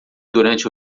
durante